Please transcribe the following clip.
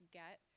get